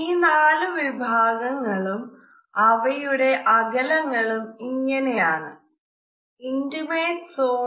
ഈ നാലു വിഭാഗങ്ങളും അവയുടെ അകലങ്ങളും ഇങ്ങനെയാണ് ഇന്റിമേറ്റ് സോൺ